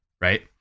right